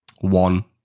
One